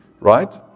right